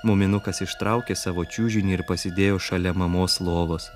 muminukas ištraukė savo čiužinį ir pasidėjo šalia mamos lovos